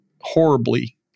horribly